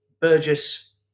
Burgess